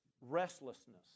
restlessness